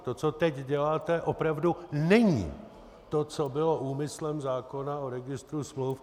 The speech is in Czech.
To, co teď děláte, opravdu není to, co bylo úmyslem zákona o registru smluv.